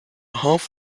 half